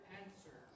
answer